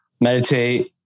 meditate